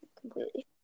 completely